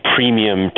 Premium